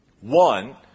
One